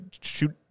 shoot